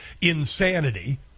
insanity